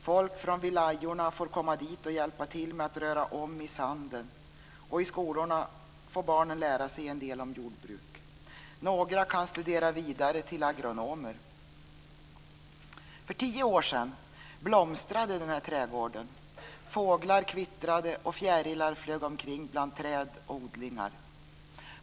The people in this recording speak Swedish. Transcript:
Folk från wilayorna får komma dit och hjälpa till med att röra om i sanden, och i skolorna får barnen lära sig en del om jordbruk. Några kan studera vidare till agronomer. För tio år sedan blomstrade den här trädgården, fåglar kvittrade och fjärilar flög omkring bland träd och odlingar.